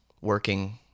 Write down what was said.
working